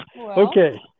Okay